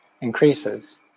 increases